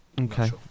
Okay